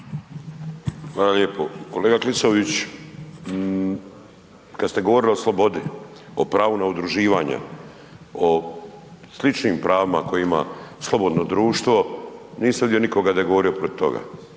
Hvala lijepo. Kolega Klisović, kad ste govorili o slobodi, o pravu na udruživanja, o sličnim pravima koje ima slobodno društvo, nisam vidio nikoga da je govorio protiv toga